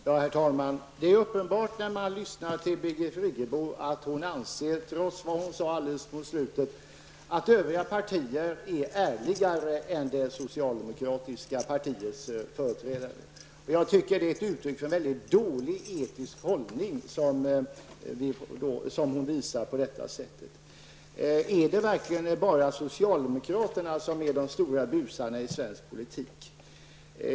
Herr talman! Det är uppenbart när man lyssnar till Birgit Friggebo att hon anser, trots vad hon sade alldeles mot slutet, att övriga partiers företrädare är ärligare än det socialdemokratiska partiets. Jag tycker att Birgit Friggebo därmed ger uttryck för en väldigt dålig etisk hållning. Är det verkligen bara socialdemokraterna som är de stora busarna i svensk politik?